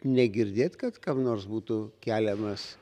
negirdėt kad kam nors būtų keliamas